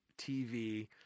TV